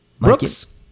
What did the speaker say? Brooks